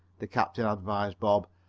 the captain advised bob.